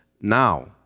now